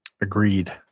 Agreed